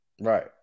Right